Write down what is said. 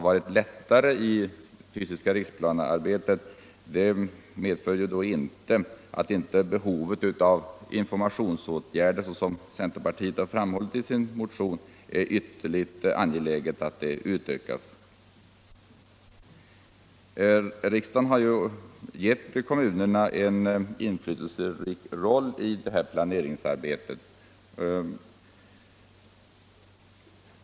Att det fysiska riksplanearbetet har varit lättare att skapa intresse för innebär inte att behovet av information minskar — tvärtom är det, som centerpartiet framhåller i sin motion, ytterligt angeläget att informationen utökas. Riksdagen har givit kommunerna en inflytelserik roll i detta planeringsarbete.